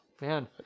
man